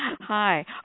Hi